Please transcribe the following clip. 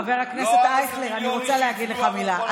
חבר הכנסת אייכלר, אני רוצה להגיד לך מילה.